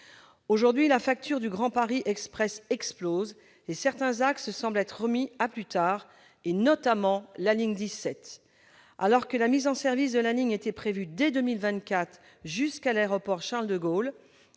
Aujourd'hui, la facture du Grand Paris Express explose. Dès lors, certains axes semblent être remis à plus tard, notamment la ligne 17. Alors que la mise en service de la ligne était prévue dès 2024 jusqu'à l'aéroport Charles de Gaulle,